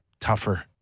tougher